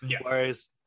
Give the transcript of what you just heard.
Whereas